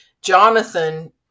Jonathan